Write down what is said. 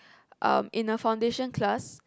um in a foundation class